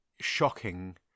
shocking